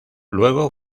luego